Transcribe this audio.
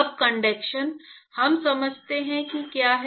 अब कंडक्शन हम समझते हैं कि यह क्या है